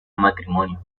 matrimonio